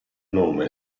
nome